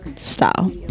style